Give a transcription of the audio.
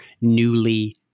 newly